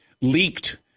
leaked